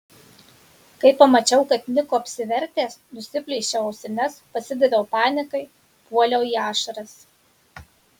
kai pamačiau kad niko apsivertęs nusiplėšiau ausines pasidaviau panikai puoliau į ašaras